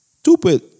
Stupid